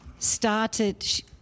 started